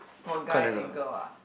for guy and girl ah